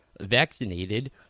vaccinated